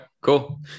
cool